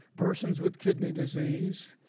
persons with kidney disease,